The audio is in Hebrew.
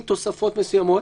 עם תוספות מסוימות.